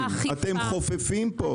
אתם חופפים פה.